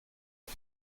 his